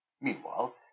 Meanwhile